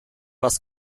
was